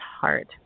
heart